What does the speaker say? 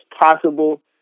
possible